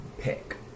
pick